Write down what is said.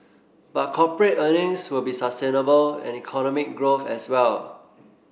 but corporate earnings will be sustainable and economic growth as well